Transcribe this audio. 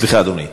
סליחה, אדוני.